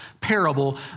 parable